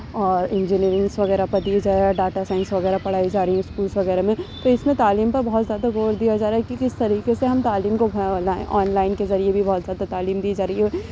اور انجینیئرنگس وغیرہ پر دیا جا رہا ہے ڈاٹا سائنس وغیرہ پڑھائی جا رہی ہے اسکولس وغیرہ میں تو اس میں تعلیم پہ بہت زیادہ غور دیا جا رہا ہے کہ کس طریقے سے ہم تعلیم کو آن لائن کے ذریعے بھی بہت زیادہ تعلیم دی جا رہی ہے